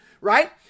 right